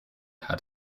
had